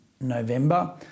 November